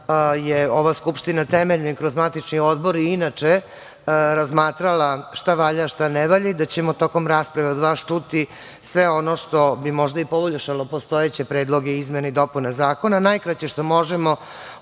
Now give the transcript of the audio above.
ova skupština temeljna i kroz matični odbor, inče razmatrala šta valja i šta ne valja i da ćemo tokom rasprave, od vas čuti, sve ono što bi možda i poboljšalo postojeće predloge izmena i dopuna zakona, najkraće što možemo